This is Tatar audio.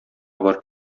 бар